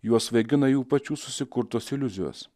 juos svaigina jų pačių susikurtos iliuzijos